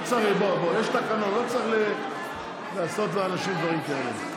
בוא, יש תקנון, לא צריך לעשות לאנשים דברים כאלה.